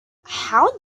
how